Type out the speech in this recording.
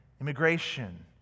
immigration